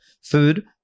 food